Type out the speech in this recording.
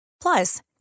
Plus